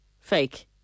fake